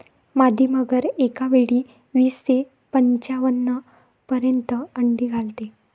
मादी मगर एकावेळी वीस ते पंच्याण्णव पर्यंत अंडी घालते